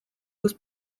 was